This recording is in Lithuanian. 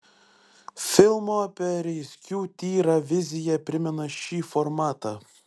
filmo apie reiskių tyrą vizija primena šį formatą